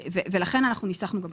ולכן אנחנו גם ניסחנו ככה.